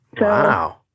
Wow